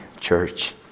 church